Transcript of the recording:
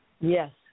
Yes